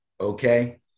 Okay